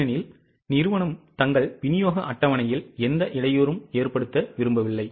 ஏனெனில் நிறுவனம் தங்கள் விநியோக அட்டவணையில் எந்த இடையூறும் விரும்பவில்லை